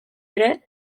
ere